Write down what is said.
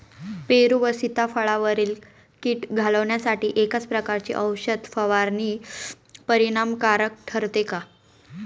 पेरू व सीताफळावरील कीड घालवण्यासाठी एकाच प्रकारची औषध फवारणी परिणामकारक ठरते का?